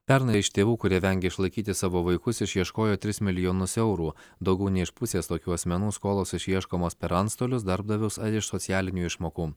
pernai iš tėvų kurie vengia išlaikyti savo vaikus išieškojo tris milijonus eurų daugiau nei iš pusės tokių asmenų skolos išieškomos per antstolius darbdavius ar iš socialinių išmokų